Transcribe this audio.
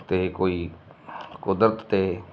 ਅਤੇ ਕੋਈ ਕੁਦਰਤ 'ਤੇ